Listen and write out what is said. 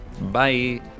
Bye